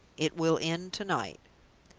it will end to-night.